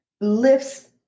lifts